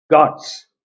gods